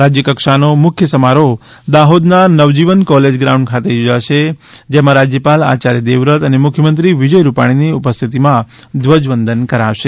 રાજ્ય કક્ષાનો મુખ્ય સમારોહ દાહોદના નવજીવન કોલેજ ગ્રાઉન્ડ ખાતે યોજાશે જેમાં રાજયપાલ આયાર્થ દેવવ્રત અને મુખ્યમંત્રી વિજય રૂપાણીની ઉપસ્થિતિમાં ધ્વજવંદન કરાશે